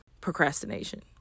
procrastination